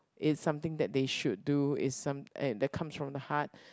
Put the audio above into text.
it's something that they should do it's some eh that comes from the heart